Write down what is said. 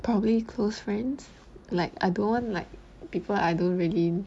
probably close friends like I don't want like people I don't really